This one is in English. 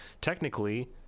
technically